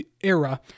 era